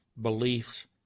beliefs